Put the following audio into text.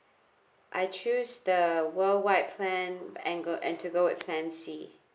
I choose the worldwide plan and go and to go with plan C